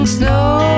snow